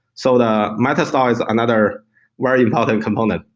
so the meta store is another very important component.